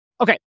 Okay